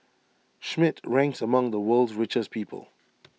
Schmidt ranks among the world's richest people